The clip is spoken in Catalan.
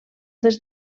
des